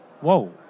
whoa